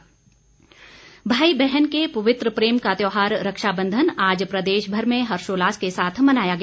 रक्षा बंधन भाई बहन के पवित्र प्रेम का त्योहार रक्षाबंधन आज प्रदेशभर में हर्षोल्लास के साथ मनाया गया